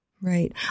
Right